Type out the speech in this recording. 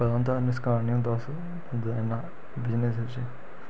पता होंदा नुकसान निं होंदा उस बंदे दा बिजनेस बिच्च